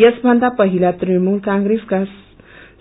यस भन्दा पहिला तृणमूल कंप्रेसका